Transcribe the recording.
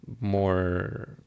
more